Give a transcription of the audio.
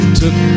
took